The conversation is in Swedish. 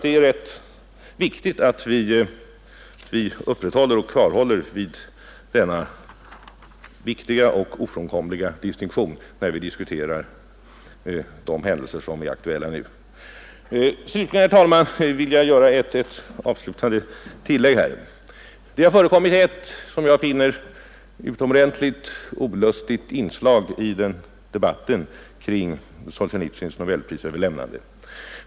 Det är rätt viktigt att vi håller fast vid denna betydelsefulla och ofrånkomliga distinktion när vi diskuterar de händelser som nu är aktuella. Sedan, herr talman, vill jag göra ett avslutande tillägg. Det har förekommit ett, som jag finner det, utomordentligt olustigt inslag i debatten kring nobelprisöverlämnandet till Solzjenitsyn.